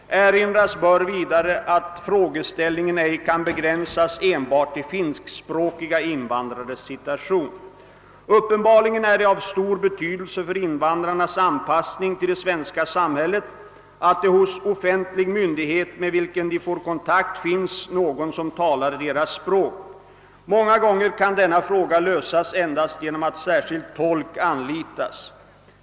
Erinras bör vidare att frågeställningen ej kan begränsas enbart till finskspråkiga invandrares situation. Uppenbarligen är det av stor betydelse för invandrarnas anpassning till det svenska samhället att det hos offentlig myndighet, med vilken de får kontakt, finns någon som talar deras språk. Många gånger kan denna fråga lösas endast genom att särskild tolk anlitas.